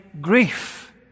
grief